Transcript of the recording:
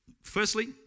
Firstly